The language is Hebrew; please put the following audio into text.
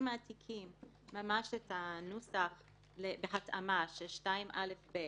אם מעתיקים ממש את הנוסח בהתאמה של 2א(ב)